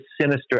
sinister